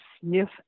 sniff